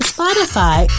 Spotify